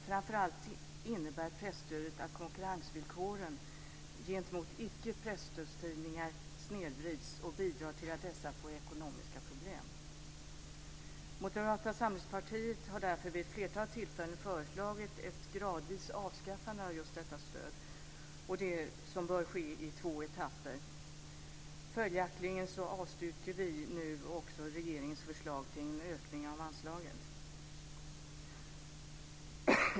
Framför allt innebär presstödet att konkurrensvillkoren gentemot icke-presstödstidningar snedvrids och bidrar till att dessa får ekonomiska problem. Moderata samlingspartiet har därför vid ett flertal tillfällen föreslagit ett gradvis avskaffande av just detta stöd, som bör ske i två etapper. Följaktligen avstyrker vi nu också regeringens förslag till en ökning av anslaget.